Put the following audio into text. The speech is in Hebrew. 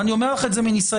ואני אומר לך את זה מניסיון.